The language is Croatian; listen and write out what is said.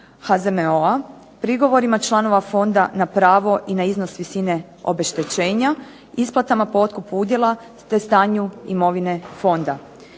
HZMO-a, prigovorima članova fonda na pravo i na iznos visine obeštećenja, isplatama po otkupu udjela te stanju imovine fonda.